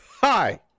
hi